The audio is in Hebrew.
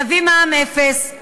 נביא מע"מ אפס,